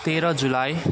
तेह्र जुलाई